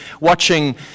watching